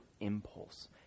impulse